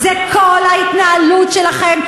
זה כל ההתנהלות שלכם,